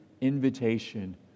invitation